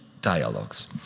dialogues